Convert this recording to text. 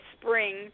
spring